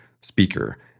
speaker